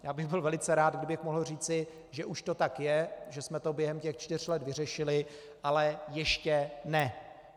Já bych byl velice rád, kdybych mohl říci, že už to tak je, že jsme to během těch čtyř let vyřešili, ale ještě ne.